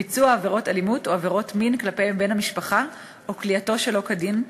ביצוע עבירות אלימות או עבירות מין כלפי בן המשפחה או כליאתו שלא כדין,